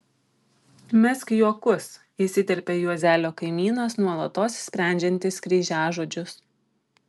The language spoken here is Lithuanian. mesk juokus įsiterpia juozelio kaimynas nuolatos sprendžiantis kryžiažodžius